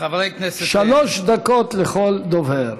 חברי הכנסת, שלוש דקות לכל דובר.